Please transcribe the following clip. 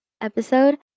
episode